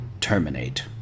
terminate